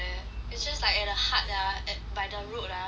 it's just like at the hut ah at by the road ah